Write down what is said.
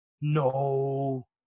No